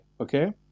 okay